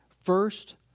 first